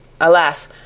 Alas